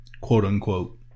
quote-unquote